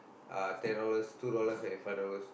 uh ten dollars two dollars and five dollars